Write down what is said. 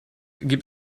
gibt